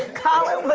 and colin